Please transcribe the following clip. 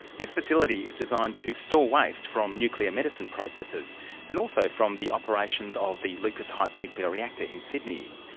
this facility is designed to store waste from nuclear medicine processes and also from the operations of the lucas heights nuclear reactor in sydney.